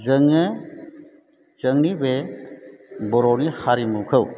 जोङो जोंनि बे बर'नि हारिमुखौ